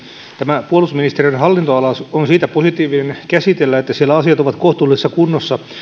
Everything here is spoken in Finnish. tämä puolustusministeriön hallinnonala on siitä positiivinen käsitellä että siellä asiat ovat kohtuullisessa kunnossa